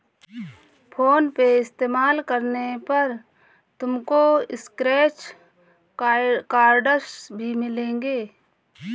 phone पे इस्तेमाल करने पर तुमको स्क्रैच कार्ड्स भी मिलेंगे